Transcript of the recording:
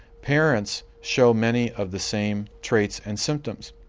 parents show many of the same traits and symptoms.